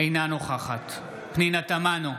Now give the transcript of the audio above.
אינה נוכחת פנינה תמנו,